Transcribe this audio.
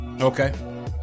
Okay